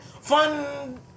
fun